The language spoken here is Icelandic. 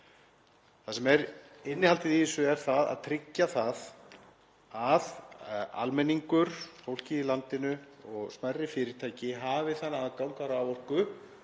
Það sem er innihaldið í þessu er það að tryggja að almenningur, fólkið í landinu, og smærri fyrirtæki hafi þann aðgang að raforku